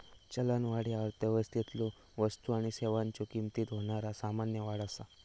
चलनवाढ ह्या अर्थव्यवस्थेतलो वस्तू आणि सेवांच्यो किमतीत होणारा सामान्य वाढ असा